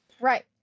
Right